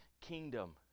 kingdom